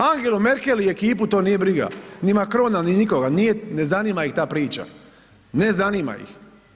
Angelu Merkel i ekipu to nije briga, ni Macrona, ni nikoga, ne zanima ih ta priča, ne zanima ih.